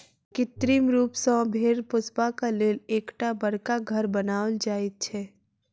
कृत्रिम रूप सॅ भेंड़ पोसबाक लेल एकटा बड़का घर बनाओल जाइत छै